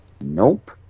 Nope